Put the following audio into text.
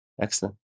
Excellent